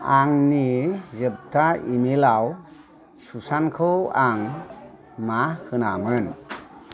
आंनि जोबथा इमेलाव सुसानखौ आं मा होनामोन